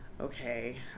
okay